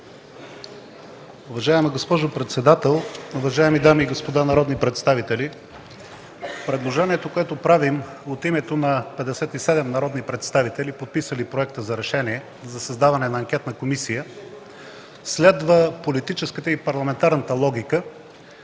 Уважаема госпожо председател, уважаеми дами и господа народни представители! Предложението, което правим от името на 57 народни представители, подписали Проекта за решение за създаване на анкетна комисия, следва политическата и парламентарната логика,